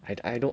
I I don't (uh huh)